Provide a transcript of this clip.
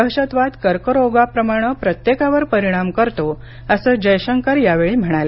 दहशतवाद कर्करोगाप्रमाणे प्रत्येकावर परिणाम करतो असं जयशंकर म्हणाले